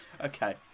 Okay